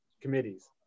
committees